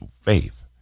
faith